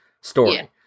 story